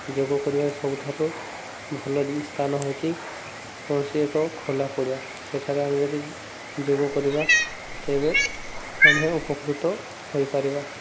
ଯୋଗ କରିବା ସବୁଠାରୁ ଭଲ ସ୍ଥାନ ହେଉଛି କୌଣସି ଏକ ଖୋଲା ପଡ଼ିଆ ସେଠାରେ ଆମେ ଯଦି ଯୋଗ କରିବା ତେବେ ଆମେ ଉପକୃତ ହୋଇପାରିବା